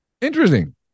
interesting